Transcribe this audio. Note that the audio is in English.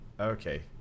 Okay